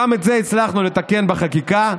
גם את זה הצלחנו לתקן בחקיקה,